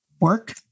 work